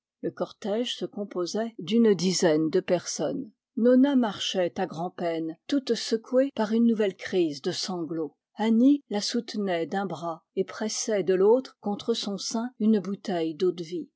le cortège se composait d'une dizaine de personnes nona marchait à grand'peine toute secouée par une nouvelle crise de sanglots annie la soutenait d'un bras et pressait de l'autre contre son sein une bouteille d'eau-de-vie